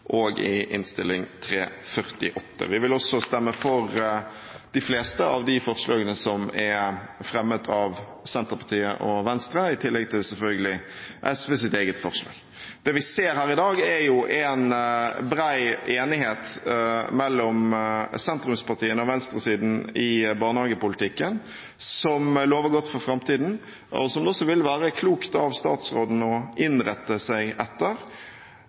og i Innst. 348 S. Vi vil også stemme for de fleste av de forslagene som er fremmet av Senterpartiet og Venstre, i tillegg til, selvfølgelig, SVs eget forslag. Det vi ser her i dag, er en bred enighet mellom sentrumspartiene og venstresiden i barnehagepolitikken, som lover godt for framtiden, og som det også vil være klokt av statsråden å innrette seg etter.